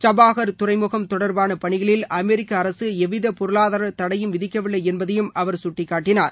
ஜப்பார் துறைமுகம் தொடர்பான பணிகளில் அமெரிக்க அரசு எவ்வித பொருளாதார தடையும் விதிக்கவில்லை என்பதையும் அவர் சுட்டிக்காட்டினார்